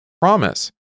promise